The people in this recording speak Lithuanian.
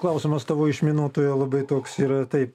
klausimas tavo išminuotojo labai toks yra tai